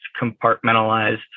compartmentalized